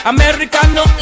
Americano